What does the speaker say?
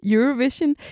Eurovision